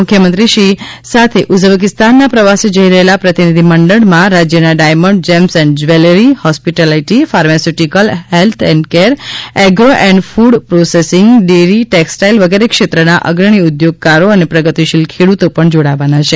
મુખ્યમંત્રીશ્રી સાથે ઉઝબેકિસ્તાનના પ્રવાસે જઇ રહેલા પ્રતિનિધિ મંડળમાં રાજ્યના diamond gems and jewellery hospitality pharmaceutical and health care agro and food processing dairy textile વગેરે ક્ષેત્રના અગ્રણી ઉદ્યોગકારો અને પ્રગતિશીલ ખેડૂતો પણ જોડાવાના છે